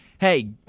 Hey